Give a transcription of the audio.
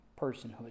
personhood